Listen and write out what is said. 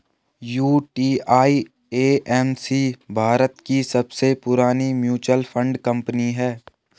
UTI AMC Bharat की सबसे पुरानी म्यूचुअल फंड कंपनी है